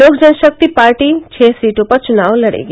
लोक जनशक्ति पार्टी छः सीटों पर चुनाव लड़ेगी